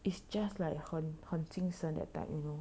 it's just like 很很精神 that type you know